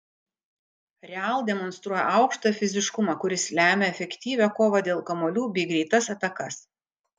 real demonstruoja aukštą fiziškumą kuris lemia efektyvią kovą dėl kamuolių bei greitas atakas